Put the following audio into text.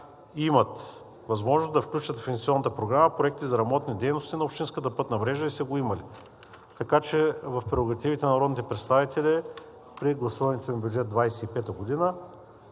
имат възможност да включат в Инвестиционната програма проекти за ремонтни дейности на общинската пътна мрежа и са я имали. Така че в прерогативите на народните представители при гласуването на бюджета за